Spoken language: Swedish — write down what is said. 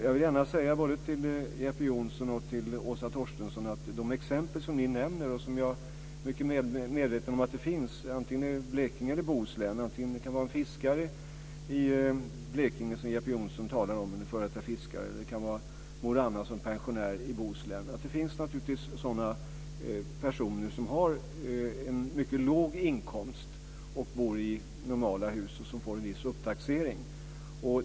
Jag vill gärna säga både till Jeppe Johnsson och till Åsa Torstensson att jag är mycket medveten om att de exempel som ni nämner finns, antingen det är i Blekinge eller i Bohuslän. Det kan vara en f.d. fiskare i Blekinge, som Jeppe Johnsson talar om. Det kan vara mor Anna som pensionär i Bohuslän. Det finns naturligtvis sådana personer som har en mycket låg inkomst och som bor i normala hus som får en viss upptaxering.